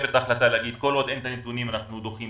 להגיד: כל עוד אין את הנתונים אנחנו דוחים,